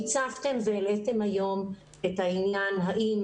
הצפתם והעליתם היום את העניין האם